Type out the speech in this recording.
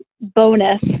bonus